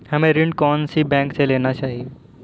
हमें ऋण कौन सी बैंक से लेना चाहिए?